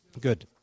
Good